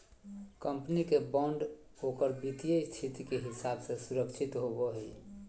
company के bond ओकर वित्तीय स्थिति के हिसाब से सुरक्षित होवो हइ